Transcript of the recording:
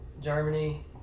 Germany